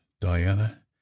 Diana